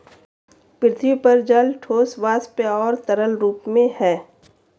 पृथ्वी पर जल ठोस, वाष्प और तरल रूप में है